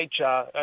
nature